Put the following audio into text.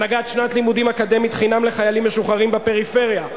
הנהגת שנת לימודים אקדמית חינם לחיילים משוחררים בפריפריה,